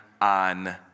on